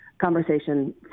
conversation